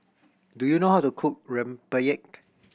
do you know how to cook rempeyek